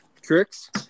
Tricks